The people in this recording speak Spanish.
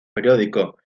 periódico